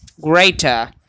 greater